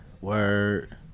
Word